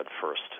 first